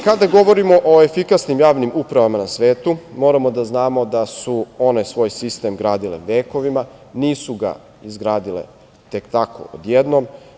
Kada govorimo o efikasnim javnim upravama na svetu moramo da znamo da su one svoj sistem gradile vekovima, nisu ga izgradile tek tako, odjednom.